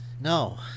No